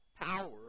Power